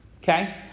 Okay